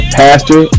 pastor